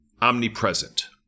omnipresent